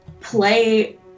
play